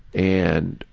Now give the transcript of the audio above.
and,